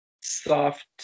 soft